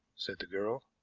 said the girl.